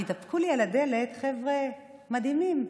והידפקו לי על הדלת חבר'ה מדהימים,